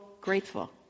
grateful